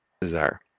desire